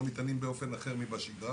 או ניתנים באופן אחר מבשגרה,